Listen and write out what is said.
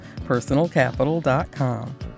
Personalcapital.com